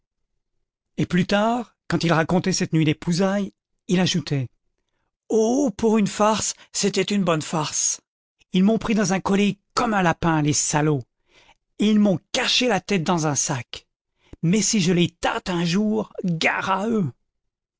et plus tard quand il racontait cette nuit d'épousailles il ajoutait oh pour une farce c'était une bonne farce ils m'ont pris dans un collet comme un lapin les salauds et ils m'ont caché la tête dans un sac mais si je les tâte un jour gare à eux